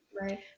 Right